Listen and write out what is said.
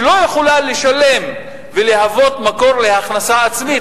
שלא יכולה לשלם ולהוות מקור להכנסה עצמית